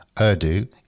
Urdu